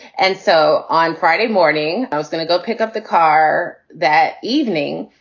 and so on friday morning, i was going to go pick up the car. that evening,